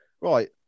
right